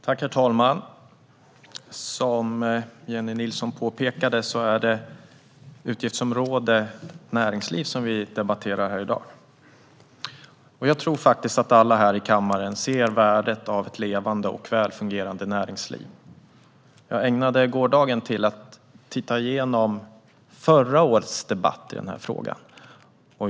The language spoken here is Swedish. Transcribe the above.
Herr talman! Som Jennie Nilsson påpekade är det utgiftsområde 24 Näringsliv som vi debatterar här i dag. Jag tror att alla här i kammaren ser värdet av ett levande och väl fungerande näringsliv. Jag ägnade gårdagen åt att titta igenom förra årets debatt i den här frågan.